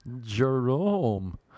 Jerome